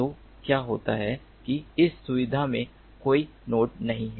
तो क्या होता है कि इस सुविधा में कोई नोड नहीं है